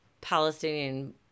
Palestinian